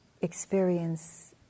experience